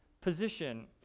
position